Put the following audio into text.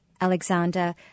Alexander